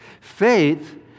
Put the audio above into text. faith